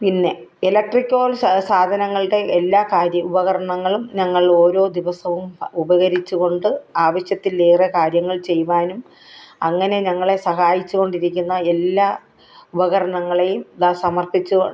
പിന്നെ ഇലക്ട്രിക്കോൽ സാധനങ്ങളുടെ എല്ലാ ഉപകരണങ്ങളും ഞങ്ങളോരോ ദിവസവും ആ ഉപകരിച്ച് കൊണ്ട് ആവശ്യത്തിലേറെ കാര്യങ്ങൾ ചെയ്യുവാനും അങ്ങനെ ഞങ്ങളെ സഹായിച്ച് കൊണ്ടിരിക്കുന്ന എല്ലാ ഉപകരണങ്ങളേയും ഇതാ സമർപ്പിച്ച്